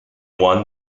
won